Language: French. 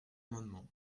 amendement